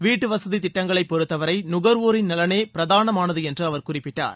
வீட்டுவசதித் திட்டங்களை பொறுத்தவரை நுகர்வோரின் நலனே பிரதானமானது என்று அவர் குறிப்பிட்டார்